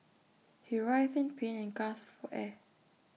he writhed in pain and gasped for air